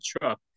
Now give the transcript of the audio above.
truck